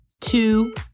two